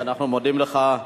אנחנו מודים לך.